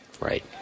Right